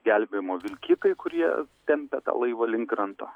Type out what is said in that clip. gelbėjimo vilkikai kurie tempė tą laivą link kranto